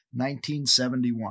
1971